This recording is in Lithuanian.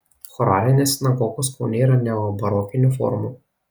choralinės sinagogos kaune yra neobarokinių formų